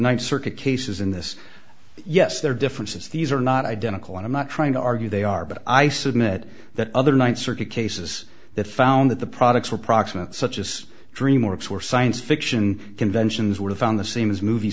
the th circuit cases in this yes there are differences these are not identical and i'm not trying to argue they are but i submit that other th circuit cases that found that the products were proximate such as dream works were science fiction conventions were found the same as movie